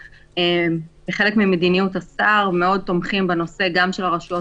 כחלק ממדיניות השר אנחנו תומכים מאוד גם בנושא הרשויות